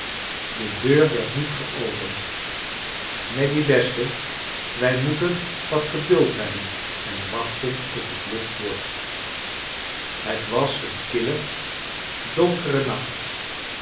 de deur werd niet geopend maggy beste wij moeten wat geduld bebben en wachten tot het licht wordt het was een kille donkere nacht